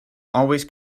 always